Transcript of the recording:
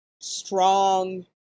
strong